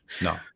No